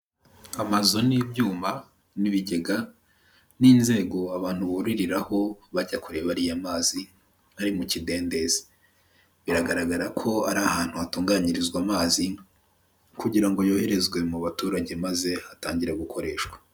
Amazu n'ibyuma n' bigega n'inzego abantu buririraho bajya kureba ariya mazi ari mu kidendezi. Biragaragara ko ari ahantu hatunganyirizwa amazi kugira ngo yoherezwe mu baturage, maze atangire gukoreshwa.